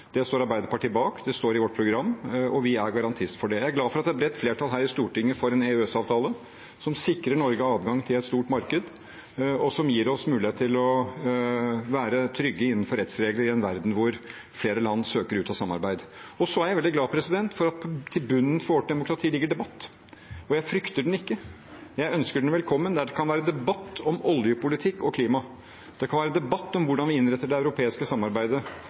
Det står Arbeiderpartiet bak, det står i vårt program, og vi er garantister for det. Jeg er glad for at det er et bredt flertall her i Stortinget for en EØS-avtale, som sikrer Norge adgang til et stort marked, og som gir oss mulighet til å være trygge innenfor rettsregler i en verden hvor flere land søker ut av samarbeid. Så er jeg veldig glad for at det i bunnen for vårt demokrati ligger debatt, og jeg frykter den ikke. Jeg ønsker den velkommen. Det kan være debatt om oljepolitikk og klima. Det kan være debatt om hvordan vi innretter det europeiske samarbeidet.